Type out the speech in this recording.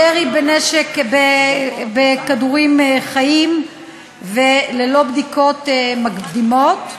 ירי בנשק בכדורים חיים וללא בדיקות מקדימות.